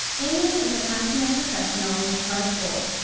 amy is a consummate professional with a heart of gold.